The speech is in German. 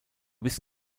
bist